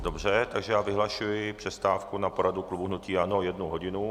Dobře, takže já vyhlašuji přestávku na poradu klubu hnutí ANO jednu hodinu.